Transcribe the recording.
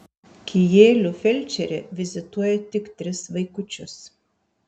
kijėlių felčerė vizituoja tik tris vaikučius